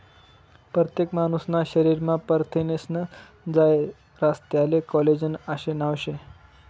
परतेक मानूसना शरीरमा परथिनेस्नं जायं रास त्याले कोलेजन आशे नाव शे